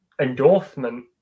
endorsement